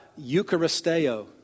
eucharisteo